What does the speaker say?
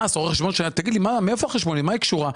או רואה חשבון ישאל מאיפה החשבונית ואיך היא קשורה,